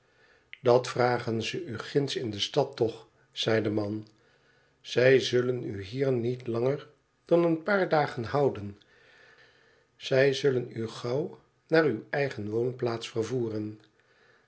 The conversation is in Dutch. dat vragen ze u ginds in de stad toch zei de man zij zullen u hier niet langer dan een paar dagen houden zij zullen u gauw naar uwe eigen woonplaats vervoeren